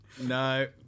No